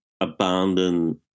abandon